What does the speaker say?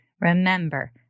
remember